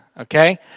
okay